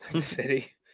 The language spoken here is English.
City